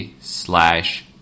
slash